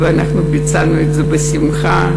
ואנחנו ביצענו את זה בשמחה,